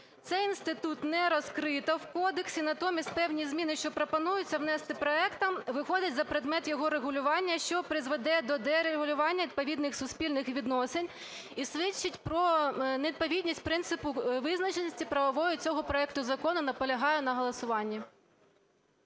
Цей інститут не розкрито в кодексі, натомість певні зміни, що пропонуються внести проектом, виходять за предмет його регулювання, що призведе до дерегулювання відповідних суспільних відносин і свідчить про невідповідність принципу визначеності правової цього проекту закону. Наполягаю на голосуванні.